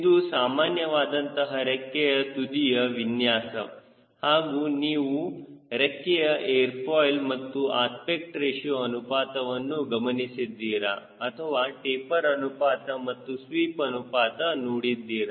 ಇದು ಸಾಮಾನ್ಯ ವಾದಂತಹ ರೆಕ್ಕೆಯ ತುದಿಯ ವಿನ್ಯಾಸ ಹಾಗೂ ನೀವು ರೆಕ್ಕೆಯ ಏರ್ ಫಾಯ್ಲ್ ಮತ್ತು ಅಸ್ಪೆಕ್ಟ್ ರೇಶಿಯೋ ಅನುಪಾತವನ್ನು ಗಮನಿಸಿದ್ದೀರಾ ಅಥವಾ ಟೆಪರ್ ಅನುಪಾತ ಅಥವಾ ಸ್ವೀಪ್ ಅನುಪಾತ ನೋಡಿದ್ದೀರಾ